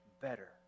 better